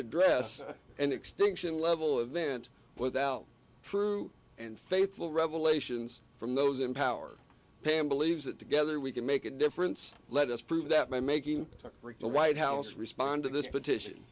address an extinction level event without true and faithful revelations from those in power pam believes that together we can make a difference let us prove that by making regular white house respond to this petition